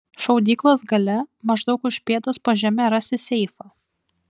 šaudyklos gale maždaug už pėdos po žeme rasi seifą